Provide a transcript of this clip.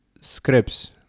scripts